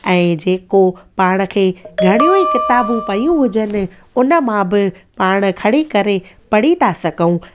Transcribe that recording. ऐं जेको पाण खे घणेई किताबूं पयूं हुजनि उन मां बि पाण खणी करे पढ़ी था सघूं